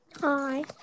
Hi